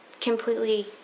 completely